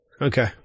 Okay